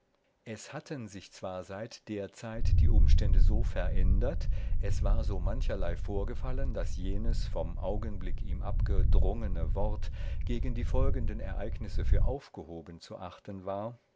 es hatten sich zwar seit der zeit die umstände so verändert es war so mancherlei vorgefallen daß jenes vom augenblick ihm abgedrungene wort gegen die folgenden ereignisse für aufgehoben zu achten war